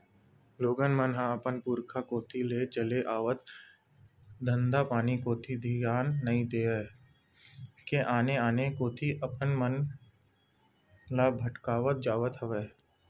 लोगन मन ह अपन पुरुखा कोती ले चले आवत धंधापानी कोती धियान नइ देय के आने आने कोती अपन मन ल भटकावत जावत हवय